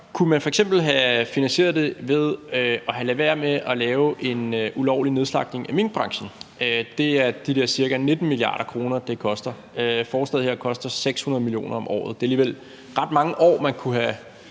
Kunne man f.eks. have finansieret det ved at have ladet være med at lave en ulovlig nedslagtning af minkbranchen? Det er de der ca. 19 mia. kr., det koster. Forslaget her koster 600 mio. kr. om året, og det er alligevel ret mange år, man kunne have